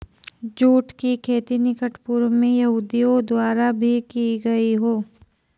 जुट की खेती निकट पूर्व में यहूदियों द्वारा भी की गई हो